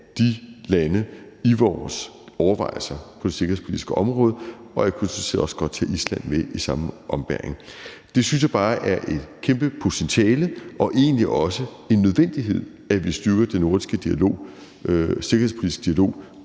de lande i vores overvejelser på det sikkerhedspolitiske område. Og jeg kunne sådan set også godt tage Island med i samme ombæring. Det synes jeg bare er et kæmpe potentiale og egentlig også en nødvendighed, altså at vi styrker den nordiske sikkerhedspolitiske dialog